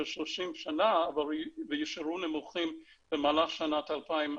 30 שנה ויישארו נמוכים במהלך שנת 2021,